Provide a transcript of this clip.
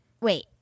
Wait